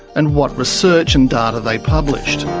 and what research and data they published.